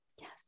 Yes